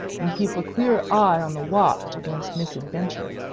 and keep a clear eye on the watch against misadventure.